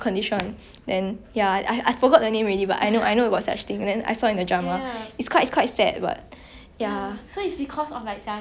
ya mm mm mm